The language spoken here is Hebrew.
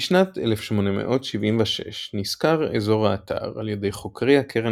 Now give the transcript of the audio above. בשנת 1876 נסקר אזור האתר על ידי חוקרי הקרן